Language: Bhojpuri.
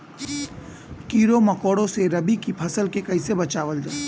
कीड़ों मकोड़ों से रबी की फसल के कइसे बचावल जा?